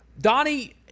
Donnie